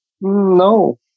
No